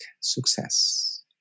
success